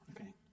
Okay